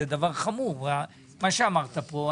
זה דבר חמור מה שאמרת פה.